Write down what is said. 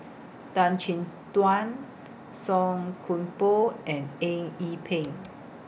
Tan Chin Tuan Song Koon Poh and Eng Yee Peng